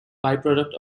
byproduct